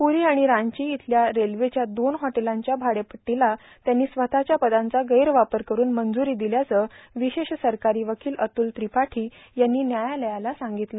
पुरी आणि रांची इथल्या रेल्वेच्या दोन हॉटेलांच्या भाडेपट्टीला त्यांनी स्वतःच्या पदांचा गैरवापर कठन मंजुरी दिल्याचं विशेष सरकारी वकील अत्रल त्रिपाठी यांनी न्यायालयाला सांगितलं